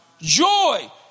joy